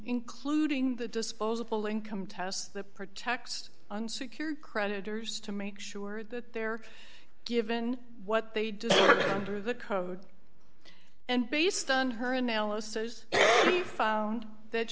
including the disposable income tests that protects unsecured creditors to make sure that they're given what they do under the code and based on her analysis found that